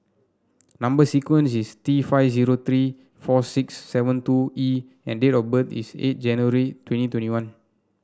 number sequence is T five zero three four six seven two E and date of birth is eight January twenty twenty one